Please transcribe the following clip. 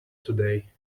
today